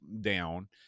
down